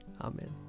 Amen